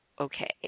okay